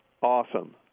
Awesome